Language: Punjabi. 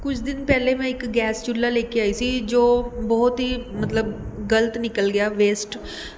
ਕੁਝ ਦਿਨ ਪਹਿਲੇ ਮੈਂ ਇੱਕ ਗੈਸ ਚੁੱਲ੍ਹਾ ਲੈ ਕੇ ਆਈ ਸੀ ਜੋ ਬਹੁਤ ਹੀ ਮਤਲਬ ਗ਼ਲਤ ਨਿਕਲ ਗਿਆ ਵੇਸਟ